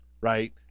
right